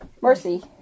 mercy